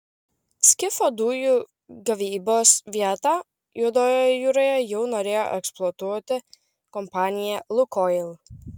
skifo dujų gavybos vietą juodojoje jūroje jau norėjo eksploatuoti kompanija lukoil